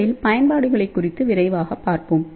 முதலில் பயன்பாடுகளைக் குறித்து விரைவாக பார்ப்போம்